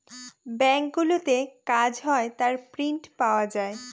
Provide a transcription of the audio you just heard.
ব্যাঙ্কগুলোতে কাজ হয় তার প্রিন্ট পাওয়া যায়